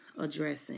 addressing